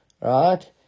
Right